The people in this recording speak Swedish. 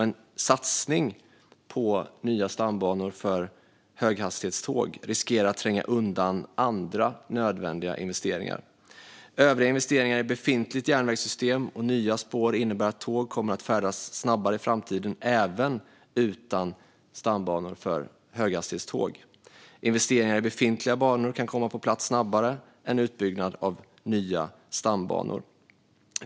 En satsning på nya stambanor för höghastighetståg riskerar att tränga undan andra nödvändiga investeringar. Övriga investeringar i befintligt järnvägssystem och nya spår innebär att tåg kommer att färdas snabbare i framtiden även utan stambanor för höghastighetståg. Investeringar i befintliga banor kan komma på plats snabbare än utbyggnad av nya stambanor.